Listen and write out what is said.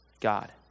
God